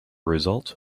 result